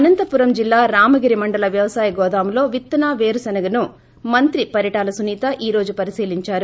అనంతపురం జిల్లా రామగిరి మండల వ్యవసాయ గోదాములో విత్తన పేరుశనగను మంత్రి పరిటాల సునీత ఈ రోజు పరిశీలించారు